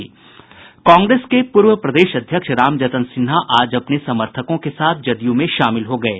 कांग्रेस के पूर्व प्रदेश अध्यक्ष रामजतन सिन्हा आज अपने समर्थकों के साथ जदयू में शामिल हो गये